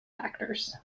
factors